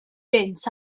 gynt